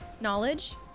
knowledge